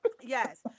Yes